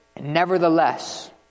nevertheless